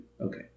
Okay